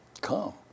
come